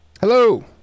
Hello